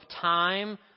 time